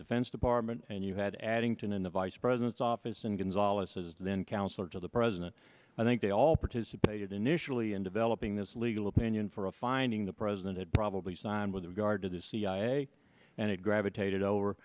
defense department and you had addington in the vice president's office and gonzales is then counselor to the president i think they all participated initially in developing this legal opinion for a finding the president had probably signed with regard to the cia and it gravitated over